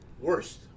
Worst